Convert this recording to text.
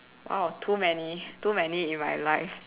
!wow! too many too many in my life